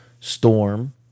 Storm